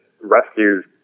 rescues